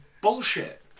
bullshit